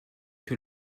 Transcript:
que